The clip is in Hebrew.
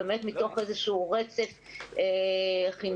מתוך איזשהו רצף חינוכי,